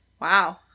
Wow